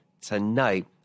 tonight